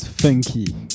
Funky